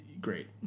great